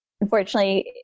unfortunately